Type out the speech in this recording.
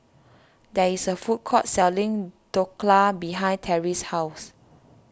there is a food court selling Dhokla behind Terrie's house